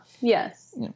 Yes